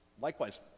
likewise